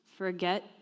forget